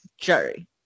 Jerry